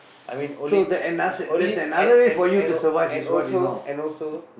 I mean only only and and and and also and also